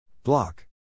Block